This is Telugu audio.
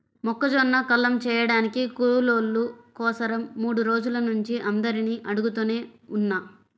మొక్కజొన్న కల్లం చేయడానికి కూలోళ్ళ కోసరం మూడు రోజుల నుంచి అందరినీ అడుగుతనే ఉన్నా